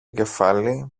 κεφάλι